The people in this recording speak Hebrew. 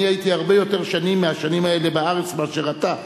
אני הייתי הרבה יותר שנים מהשנים האלה בארץ מאשר אתה,